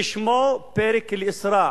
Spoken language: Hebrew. ששמו פרק אל-איסרא',